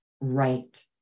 right